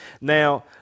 Now